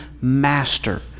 master